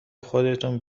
خودتون